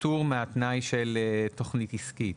מהתנאי של תכנית עסקית,